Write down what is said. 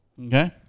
okay